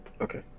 Okay